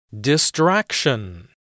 Distraction